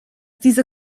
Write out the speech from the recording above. diese